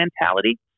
mentality